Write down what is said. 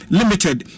limited